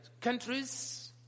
countries